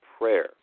prayer